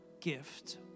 gift